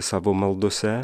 savo maldose